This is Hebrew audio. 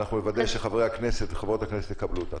אנחנו נוודא שחברי הכנסת וחברות הכנסת יקבלו אותה.